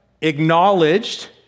Acknowledged